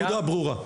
הנקודה ברורה.